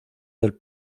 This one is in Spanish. del